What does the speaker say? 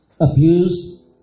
Abused